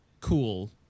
Cool